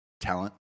talent